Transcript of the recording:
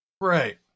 Right